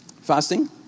Fasting